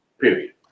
period